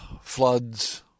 floods